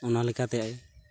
ᱚᱱᱟ ᱞᱮᱠᱟᱛᱮ